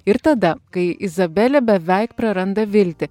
ir tada kai izabelė beveik praranda viltį